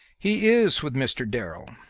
he is with mr. darrell.